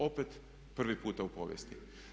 Opet, prvi puta u povijesti.